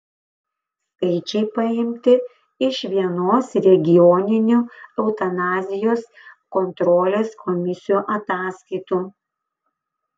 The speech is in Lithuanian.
skaičiai paimti iš vienos regioninių eutanazijos kontrolės komisijų ataskaitų